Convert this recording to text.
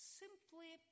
simply